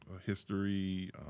history